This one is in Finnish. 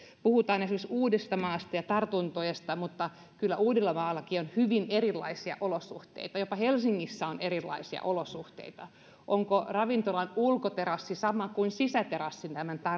puhutaan esimerkiksi uudestamaasta ja tartunnoista mutta kyllä uudellamaallakin on hyvin erilaisia olosuhteita jopa helsingissä on erilaisia olosuhteita onko ravintolan ulkoterassi sama kuin sisäterassi